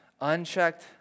unchecked